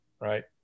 Right